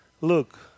look